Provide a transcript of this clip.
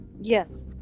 Yes